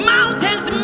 Mountains